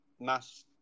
mass